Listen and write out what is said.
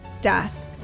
death